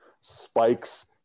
spike's